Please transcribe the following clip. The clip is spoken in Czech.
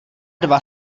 dva